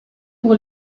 pour